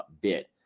bit